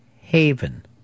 Haven